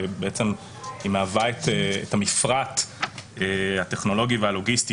שהיא מהווה את המפרט הטכנולוגי והלוגיסטי